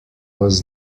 was